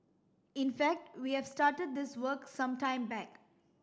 in fact we have started this work some time back